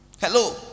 hello